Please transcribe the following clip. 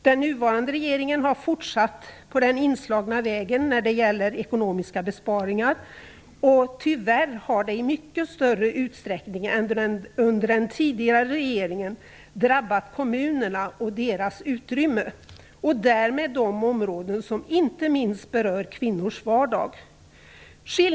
Den nuvarande regeringen har fortsatt på den inslagna vägen när det gäller ekonomiska besparingar. Det har tyvärr i mycket större utsträckning än under den tidigare regeringen drabbat kommunerna och deras utrymme, och därmed de områden som berör inte minst kvinnors vardag.